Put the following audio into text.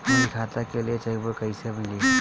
हमरी खाता के लिए चेकबुक कईसे मिली?